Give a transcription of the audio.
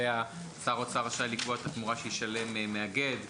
שר האוצר רשאי לקבוע את התמורה שישלם מאגד לסולק,